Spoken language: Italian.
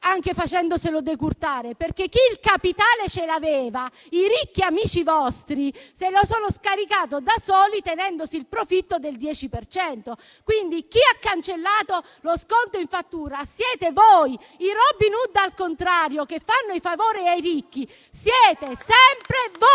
anche facendoselo decurtare. Coloro che avevano il capitale, i ricchi amici vostri, se lo sono scaricato da soli, tenendosi il profitto del 10 per cento. Quindi chi ha cancellato lo sconto in fattura siete voi! I Robin Hood al contrario, che fanno i favori ai ricchi, siete sempre voi!